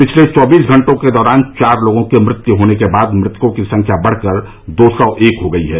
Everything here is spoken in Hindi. पिछले चौबीस घंटों के दौरान चार लोगों की मृत्यु होने के बाद मृतकों की संख्या बढ़कर दो सौ एक हो गई है